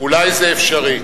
אולי זה אפשרי.